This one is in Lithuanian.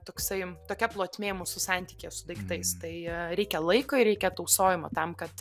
toksai tokia plotmė mūsų santykyje su daiktais tai reikia laiko ir reikia tausojimo tam kad